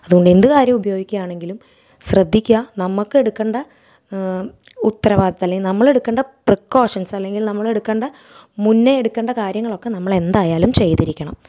അതുകൊണ്ട് എന്ത് കാര്യം ഉപയോഗിക്കാങ്കിലും ശ്രദ്ധിക്യാ നമുക്കെടുക്കേണ്ട ഉത്തരവാദിത്വം അല്ലെങ്കിൽ നമ്മളെടുക്കേണ്ട പ്രിക്കോഷൻസ് അല്ലെങ്കിൽ നമ്മളെടുക്കേണ്ട മുന്നേ എടുക്കേണ്ട കാര്യങ്ങളൊക്കെ നമ്മളെന്തായാലും ചെയ്തിരിക്കണം